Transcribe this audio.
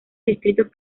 distritos